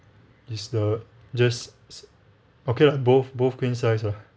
is the just okay lah both both queen size lah